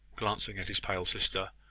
glancing at his pale sister,